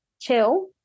chill